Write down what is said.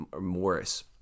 Morris